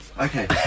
Okay